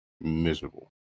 miserable